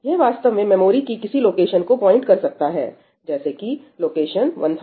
यह वास्तव में मेमोरी की किसी लोकेशन को पॉइंट कर सकता है जैसे की लोकेशन 1002